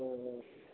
ओ